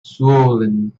swollen